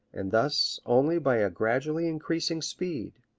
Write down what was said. and thus only by a gradually increasing speed.